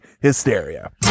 Hysteria